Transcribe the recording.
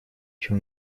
чем